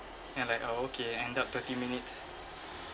I'm like oh okay end up thirty minutes